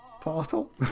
portal